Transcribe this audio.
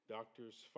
Doctors